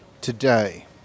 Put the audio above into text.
today